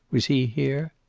was he here?